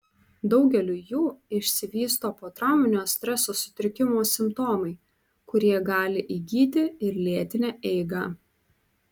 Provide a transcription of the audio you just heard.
daugeliui jų išsivysto potrauminio streso sutrikimo simptomai kurie gali įgyti ir lėtinę eigą